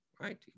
right